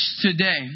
today